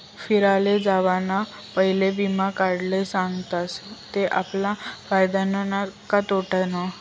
फिराले जावाना पयले वीमा काढाले सांगतस ते आपला फायदानं का तोटानं